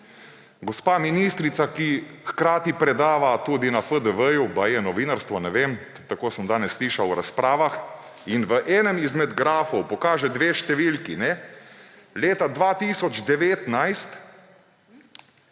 gospa ministrica, ki hkrati predava tudi na FDV, baje novinarstvo, ne vem, tako sem danes slišal v razpravah, in v enem izmed grafov pokaže dve številki. Leta 2019